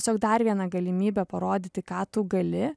tiesiog dar viena galimybė parodyti ką tu gali